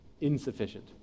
insufficient